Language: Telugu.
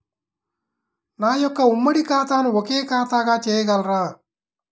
నా యొక్క ఉమ్మడి ఖాతాను ఒకే ఖాతాగా చేయగలరా?